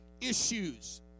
issues